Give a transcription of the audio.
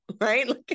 right